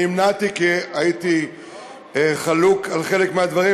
נמנעתי, כי הייתי חלוק על חלק מהדברים.